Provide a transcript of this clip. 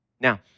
Now